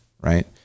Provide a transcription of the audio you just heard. right